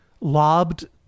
lobbed